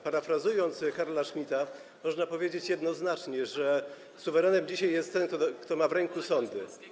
Parafrazując Carla Schmitta, można powiedzieć jednoznacznie, że suwerenem dzisiaj jest ten, kto ma w ręku sądy.